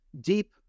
deep